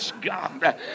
God